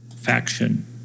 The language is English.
faction